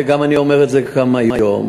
ואני אומר את זה גם היום,